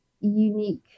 unique